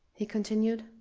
he continued,